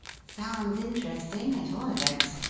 sounds interesting, at all events.